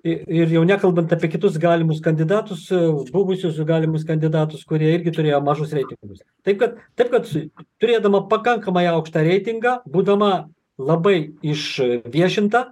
i ir jau nekalbant apie kitus galimus kandidatus buvusius galimus kandidatus kurie irgi turėjo mažus reitingus taip kad taip kad s turėdama pakankamai aukštą reitingą būdama labai išviešinta